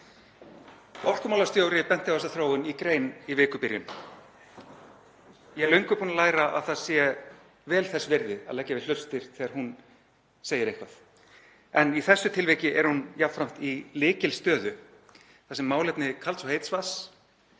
Orkumálastjóri benti á þessa þróun í grein í vikubyrjun. Ég er löngu búinn að læra að það er vel þess virði að leggja við hlustir þegar hún segir eitthvað en í þessu tilviki er hún jafnframt í lykilstöðu þar sem málefni kalds og heits vatns,